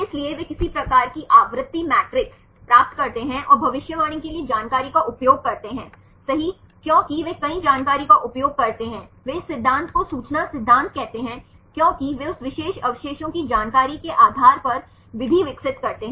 इसलिए वे किसी प्रकार की आवृत्ति मैट्रिक्स प्राप्त करते हैं और भविष्यवाणी के लिए जानकारी का उपयोग करते हैं सही क्योंकि वे कई जानकारी का उपयोग करते हैं वे इस सिद्धांत को सूचना सिद्धांत कहते हैं क्योंकि वे उस विशेष अवशेषों की जानकारी के आधार पर विधि विकसित करते हैं